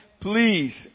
please